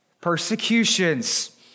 persecutions